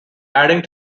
adding